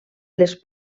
les